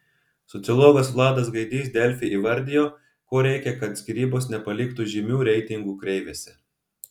sociologas vladas gaidys delfi įvardijo ko reikia kad skyrybos nepaliktų žymių reitingų kreivėse